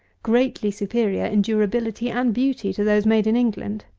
greatly superior, in durability and beauty, to those made in england.